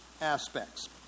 aspects